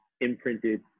imprinted